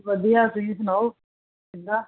ਵਧੀਆ ਤੁਸੀਂ ਸੁਣਾਓ ਕਿੱਦਾਂ